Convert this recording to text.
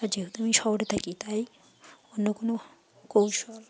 আর যেহেতু আমি শহরে থাকি তাই অন্য কোনো কৌশল